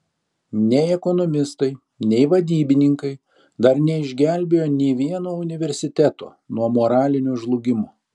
nei ekonomistai nei vadybininkai dar neišgelbėjo nei vieno universiteto nuo moralinio žlugimo